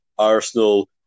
Arsenal